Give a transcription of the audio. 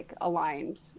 aligned